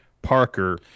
Parker